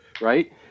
right